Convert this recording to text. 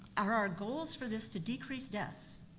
are our goals for this to decrease deaths?